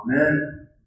Amen